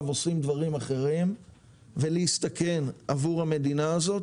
עושים דברים אחרים ולהסתכן עבור המדינה הזאת,